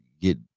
get